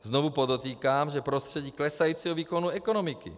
Znovu podotýkám, že v prostředí klesajícího výkonu ekonomiky.